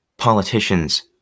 politicians